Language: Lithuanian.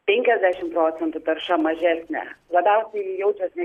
penkiasdešim procentų tarša mažesnė labiausiai jaučiasi